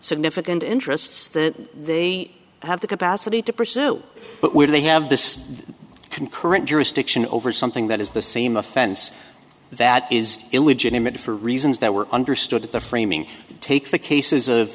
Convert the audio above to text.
significant interests that they have the capacity to pursue but where they have this concurrent jurisdiction over something that is the same offense that is illegitimate for reasons that were understood at the framing take the cases of